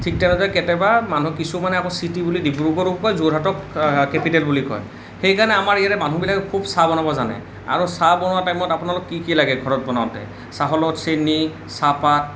ঠিক তেনেদৰে কেতিয়াবা মানুহ কিছুমানে আকৌ চিটি বুলি ডিব্ৰুগড়ক কয় যোৰহাটক কেপিটেল বুলি কয় সেই কাৰণে আমাৰ ইয়াৰে মানুহবিলাকে খুব চাহ বনাব জানে আৰু চাহ বনোৱাৰ টাইমত আপোনালোক কি কি লাগে ঘৰত বনাওঁতে চাহৰ লগত চেনী চাহপাত